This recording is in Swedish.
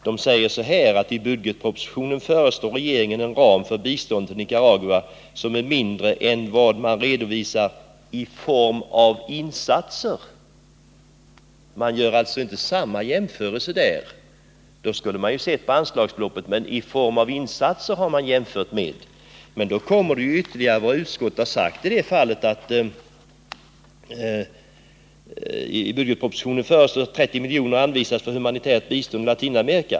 I reservationen skriver man: ”I budgetpropositionen föreslår regeringen en ram för biståndet till Nicaragua, som är mindre än vad man redovisar i form av insatser.” Man gör alltså inte samma jämförelser där. Man jämför med de insatser som gjorts. Men därtill kommer vad utskottet sagt i det här fallet: ”I budgetpropositionen föreslås att 30 milj.kr. anvisas för humanitärt bistånd i Latinamerika.